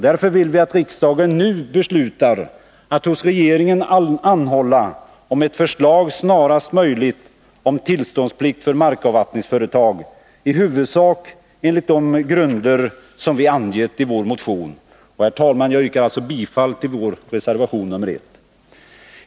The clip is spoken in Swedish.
Därför vill vi att riksdagen nu beslutar att hos regeringen anhålla om att ett förslag snarast möjligt framläggs om tillståndsplikt för markav vattningsföretag, i huvudsak enligt de grunder som vi har angett i vår motion. Herr talman! Jag yrkar alltså bifall till vår reservation nr 1.